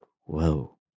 whoa